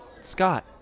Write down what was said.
Scott